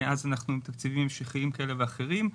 מאז אנחנו עם תקציבים המשכיים כאלה ואחרים.